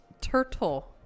Turtle